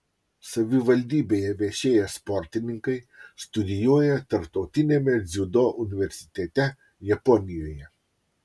savivaldybėje viešėję sportininkai studijuoja tarptautiniame dziudo universitete japonijoje